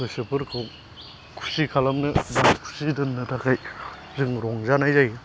गोसोफोरखौ खुसि खालामनो एबा खुसि दोननो थाखाय जों रंजानाय जायो